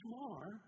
more